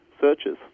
searches